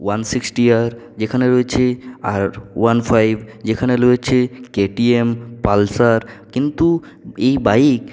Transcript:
one sixty আর যেখানে রয়েছে আর ওয়ান ফাইভ যেখানে রয়েছে কেটিএম পালসার কিন্তু এই বাইক